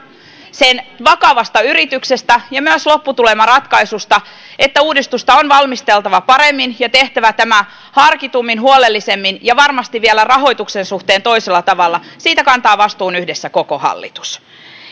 vakavasta yrityksestä ja myös lopputulemaratkaisusta että uudistusta on valmisteltava paremmin ja tehtävä tämä harkitummin huolellisemmin ja varmasti vielä rahoituksen suhteen toisella tavalla kantaa vastuun yhdessä koko hallitus